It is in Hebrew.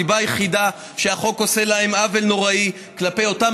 הסיבה היחידה היא שהחוק עושה עוול נוראי כלפי אותם